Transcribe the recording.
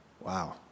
Wow